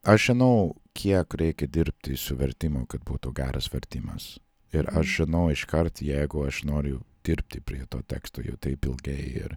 aš žinau kiek reikia dirbti su vertimu kad būtų geras vertimas ir aš žinau iškart jeigu aš noriu dirbti prie to teksto jau taip ilgai ir